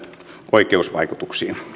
oikeusvaikutuksiin